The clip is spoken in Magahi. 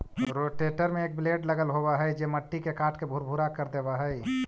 रोटेटर में एक ब्लेड लगल होवऽ हई जे मट्टी के काटके भुरभुरा कर देवऽ हई